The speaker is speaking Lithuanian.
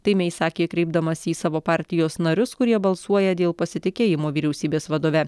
tai mei sakė kreipdamasi į savo partijos narius kurie balsuoja dėl pasitikėjimo vyriausybės vadove